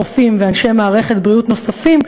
רופאים ואנשי מערכת בריאות נוספים,